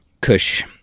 Kush